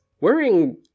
wearing